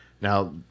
Now